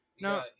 No